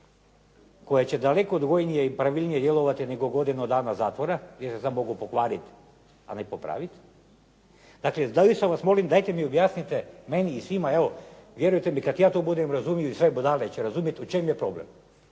koji će daleko odgojnije i pravilnije nego godinu dana zatvora jer se smo mogu pokvariti a ne popraviti. Dakle, zaista vas molim dajte mi objasnite meni i svima evo, kada ja to budem razumio i sve budale će razumjeti u čemu je problem.